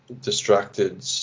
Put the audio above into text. distracted